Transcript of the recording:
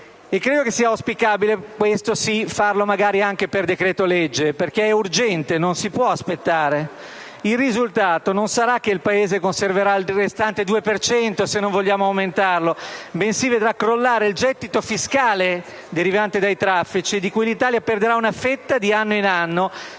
Credo sia auspicabile - questo sì - farlo anche per decreto-legge, perché è urgente, non si può aspettare. Il risultato non sarà che il Paese conserverà il restante 2 per cento se non vogliamo aumentarlo, bensì crollerà il gettito fiscale derivante dai traffici, di cui l'Italia, di anno in anno